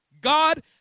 God